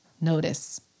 notice